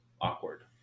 awkward